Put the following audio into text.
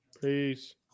Peace